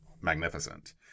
magnificent